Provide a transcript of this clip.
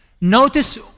Notice